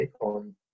on